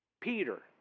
Peter